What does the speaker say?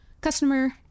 customer